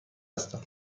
هستم